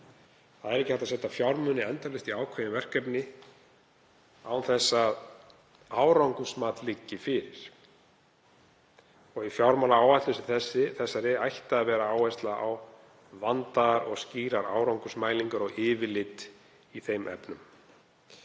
Það er ekki hægt að setja fjármuni endalaust í ákveðin verkefni án þess að árangursmat liggi fyrir í fjármálaáætlun. Í fjármálaáætlun sem þessari ætti að vera áhersla á vandaðar og skýrar árangursmælingar og yfirlit í þeim efnum.